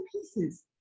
pieces